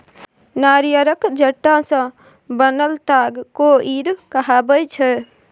नारियरक जट्टा सँ बनल ताग कोइर कहाबै छै